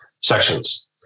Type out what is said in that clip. sections